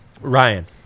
Ryan